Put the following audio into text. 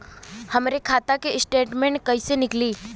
हमरे खाता के स्टेटमेंट कइसे निकली?